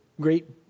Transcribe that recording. great